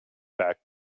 back